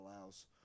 allows